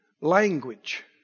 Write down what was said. language